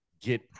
get